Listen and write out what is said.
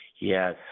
Yes